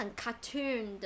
cartoon